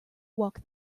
walk